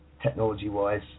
technology-wise